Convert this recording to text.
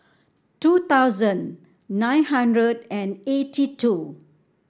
two thousand nine hundred and eighty two